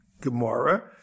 Gemara